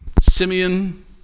Simeon